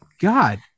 god